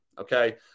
okay